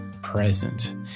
present